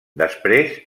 després